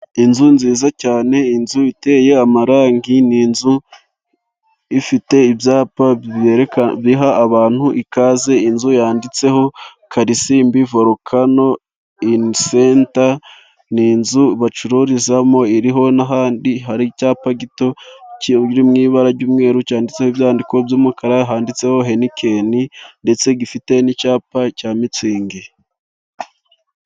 Inzu nziza cyane inzu iteye amarangi, ni inzu ifite ibyapa biha abantu ikaze, inzu yanditseho karirisimbi vorukano ini senta ni inzu bacururizamo, iriho n'ahandi hari icyapa gifite ibara ry'umweru, cyanditseho ibyandiko by'umukara handitseho henikeni ndetse gifite n'icyapa cya mitsingi.